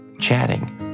chatting